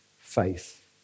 faith